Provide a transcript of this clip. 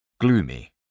Gloomy